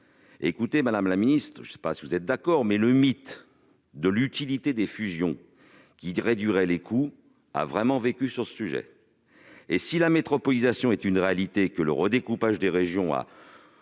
Madame la ministre, je ne sais pas si vous êtes d'accord, mais le mythe de l'utilité des fusions qui réduiraient les coûts a vraiment vécu. Si la métropolisation est une réalité que le redécoupage des régions a